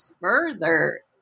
further